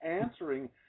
answering